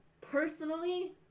Personally